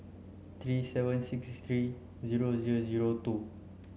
three seven six three zero zero zero two